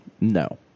No